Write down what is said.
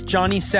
Johnny